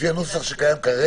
לנסח אותם.